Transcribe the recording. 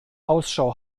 ausschau